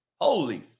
Holy